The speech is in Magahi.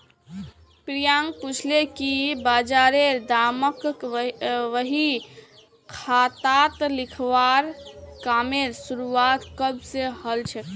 प्रियांक पूछले कि बजारेर दामक बही खातात लिखवार कामेर शुरुआत कब स हलछेक